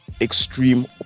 extreme